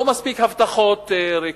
לא די בהבטחות ריקות.